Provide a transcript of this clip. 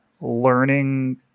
learning